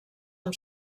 amb